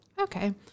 Okay